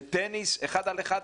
טניס אחד על אחד,